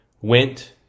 went